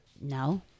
No